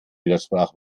widersprach